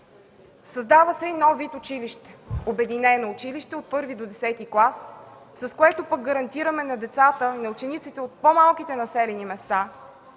Създава се и нов вид училище – обединено училище от І до Х клас, с което пък гарантираме на учениците от по-малките населени места,